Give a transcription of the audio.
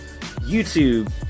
YouTube